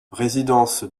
résidence